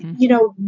you know,